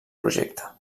projecte